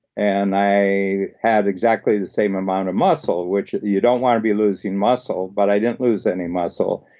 and i had exactly the same amount of muscle, which you don't want to be losing muscle, but i didn't lose any muscle,